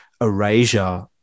erasure